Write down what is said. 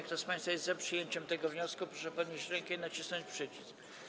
Kto z państwa jest za przyjęciem tego wniosku, proszę podnieść rękę i nacisnąć przycisk.